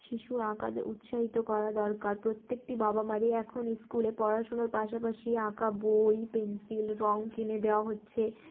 শিশুর আঁকাদের উৎসাহিত করা দরকার প্রত্যেকটি বাবা মারি এখন স্কুলে পড়াশোনার পাশাপাশি আঁকা বই পেনসিল রঙ কিনে দেওয়া হচ্ছে